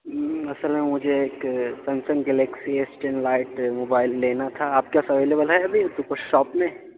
اصل میں مجھے ایک Samsung galaxy S ten lite mobile لینا تھا آپ کے پاس اویلیبل ہے ابھی سوپر شاپ میں